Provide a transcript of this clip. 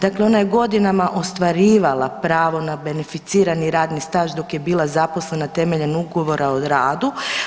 Dakle, ona je godinama ostvarivala pravo na beneficirani radni staž dok je bila zaposlena temeljem ugovora o radu.